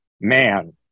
Man